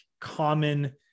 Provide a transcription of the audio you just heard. common